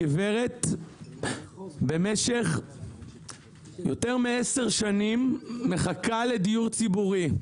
הגברת במשך יותר מעשר שנים מחכה לדיור ציבורי.